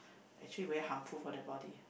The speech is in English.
actually very harmful for the body